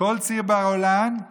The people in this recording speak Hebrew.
כל ציר בר אילן,